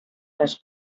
les